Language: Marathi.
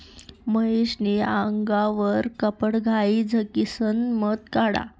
महेश नी आगवरना कपडाघाई झाकिसन मध काढा